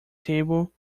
table